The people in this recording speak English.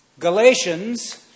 Galatians